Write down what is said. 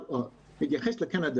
בהתייחס לקנדה,